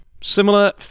Similar